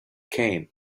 camp